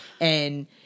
and-